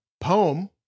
poem